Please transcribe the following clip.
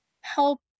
help